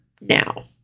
now